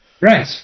Right